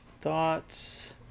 Thoughts